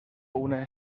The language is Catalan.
una